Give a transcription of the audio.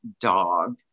dog